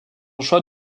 choix